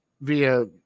via